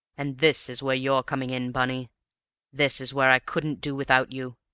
and this is where you're coming in, bunny this is where i couldn't do without you.